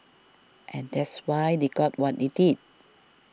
and that's why they got what they did